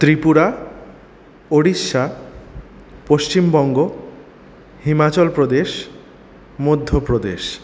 Tripura Orissa Paschimbanga Himachal Pradesh Madhya Pradesh